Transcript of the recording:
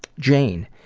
jane.